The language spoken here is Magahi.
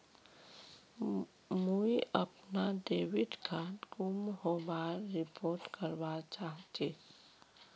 मुई अपना डेबिट कार्ड गूम होबार रिपोर्ट करवा चहची